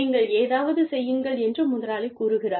நீங்கள் ஏதாவது செய்யுங்கள் என்று முதலாளி கூறுகிறார்